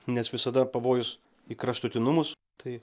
nes visada pavojus į kraštutinumus tai